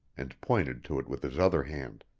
and pointed to it with his other hand.